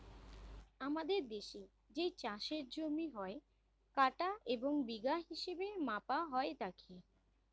আমাদের দেশের যেই চাষের জমি হয়, কাঠা এবং বিঘা হিসেবে মাপা হয় তাকে